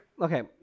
okay